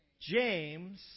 James